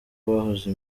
bahoze